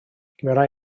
gymera